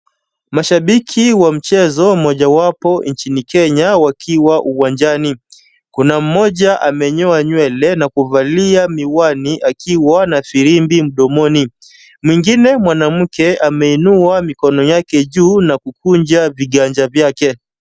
Mashabiki wa mchezo mojawapo nchini Kenya wakiwa uwanjani. Kuna mmoja amenyoa nywele na kuvalia miwani akiwa na firimbi mdomoni. Mwingine mwanamke ameinua mikono yake juu na kukunja viganja vyake.